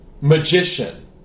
magician